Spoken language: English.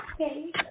Okay